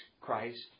Christ